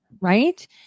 right